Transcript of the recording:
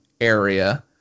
area